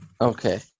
okay